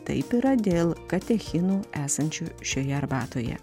taip yra dėl katechinų esančių šioje arbatoje